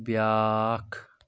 بیٛاکھ